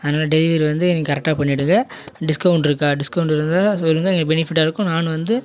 அதனால் டெலிவரி வந்து நீங்கள் கரெக்டாக பண்ணிடுங்கள் டிஸ்கவுண்ட் இருக்கா டிஸ்கவுண்ட்டு இருந்தால் சொல்லுங்கள் எங்களுக்கு பெனிஃபிட்டாக இருக்கும் நானும் வந்து